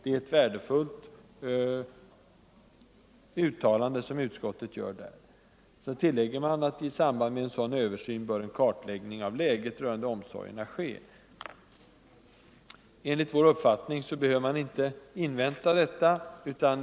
Det är ett värdefullt uttalande, och sedan tilllägger utskottet: ”I samband med en sådan översyn bör en kartläggning av läget rörande omsorgerna ske.” Enligt vår uppfattning behöver man inte invänta denna översyn.